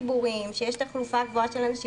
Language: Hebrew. אבל במקומות ציבוריים שיש תחלופה גבוהה של אנשים